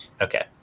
Okay